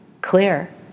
Clear